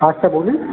আচ্ছা বলুন